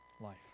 life